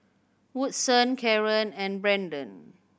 Woodson Kaaren and Brendon